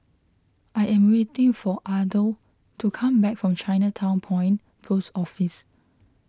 I am waiting for Othel to come back from Chinatown Point Post Office